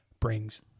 brings